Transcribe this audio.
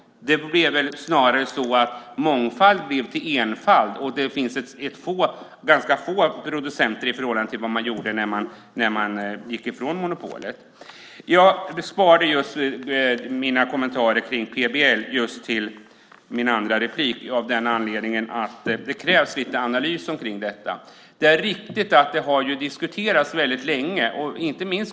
Det var snarare så att mångfald blev till enfald, och ganska få producenter i förhållande till vad det var när man gick ifrån monopolet. Jag sparade mina kommentarer om PBL just till mitt andra inlägg av den anledningen att det krävs lite analys om detta. Det är riktigt att detta har diskuterats länge.